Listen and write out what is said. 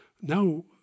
now